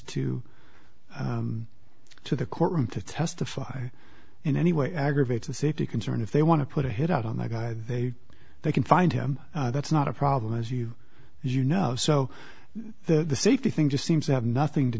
to to the courtroom to testify in any way aggravates the safety concern if they want to put a hit out on the guy they they can find him that's not a problem as you you know so the safety thing just seems to have nothing to